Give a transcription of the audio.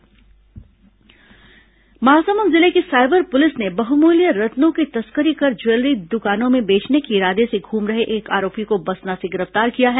बहमूल्य रत्न आरोपी गिरफ्तार महासमुंद जिले की साइबर पुलिस ने बहुमूल्य रत्नों की तस्करी कर ज्वेलरी दुकानों में बेचने के इरादे से घूम रहे एक आरोपी को बसना से गिरफ्तार किया है